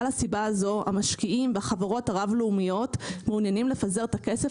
הסיבה הזאת המשקיעים בחברות הרב-לאומיות מעוניינים לפזר את הכסף